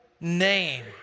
name